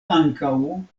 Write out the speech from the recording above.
ankaŭ